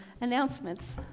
announcements